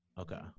Okay